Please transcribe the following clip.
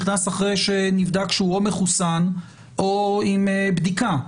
נכנס אחרי שנבדק שהוא מחוסן או עם בדיקה,